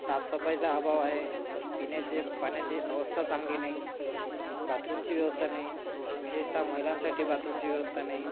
साफसफाईचा अभाव आहे पिण्याचे पाण्याची अवस्था चांगली नाही बाथरूमची व्यवस्था नाही विशेषतः महिलांसाठी बाथरूमची व्यवस्था नाही